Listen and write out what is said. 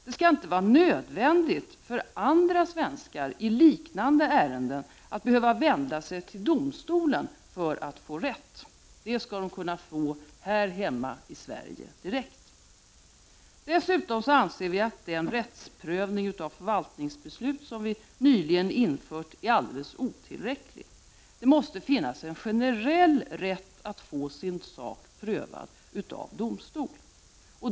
Det skall inte vara nödvändigt för andra svenskar att i liknande ärenden behöva vända sig till domstolen för att få rätt. Det skall de kunna få direkt här hemma i Sverige. Dessutom anser vi att den rättsprövning av förvaltningsbeslut som nyligen införts är alldeles otillräcklig. Det måste finnas en generell rätt att få sin sak prövad av domstol.